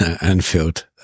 Anfield